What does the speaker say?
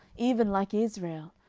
even like israel,